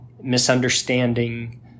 misunderstanding